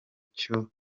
cyo